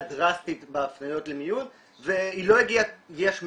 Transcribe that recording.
דרסטית בהפניות למיון והיא לא הגיעה יש מאין.